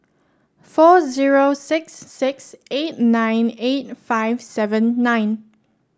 four zero six six eight nine eight five seven nine